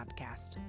podcast